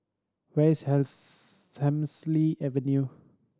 where is Hemsley Avenue